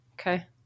Okay